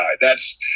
thats